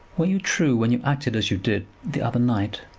were you true when you acted as you did the other night?